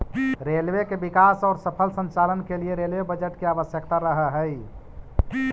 railway के विकास औउर सफल संचालन के लिए रेलवे बजट के आवश्यकता रहऽ हई